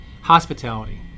hospitality